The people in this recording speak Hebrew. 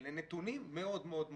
אלה נתונים מאוד מאוד נמוכים.